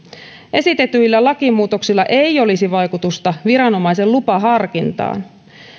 esitetyillä lakimuutoksilla ei olisi vaikutusta viranomaisen lupaharkintaan